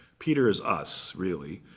peter is us, really.